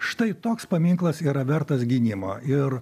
štai toks paminklas yra vertas gynimo ir